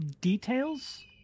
details